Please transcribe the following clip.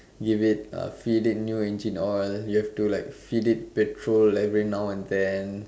give it uh feed it new engine oil you have to like feed it petrol every now and then